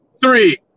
three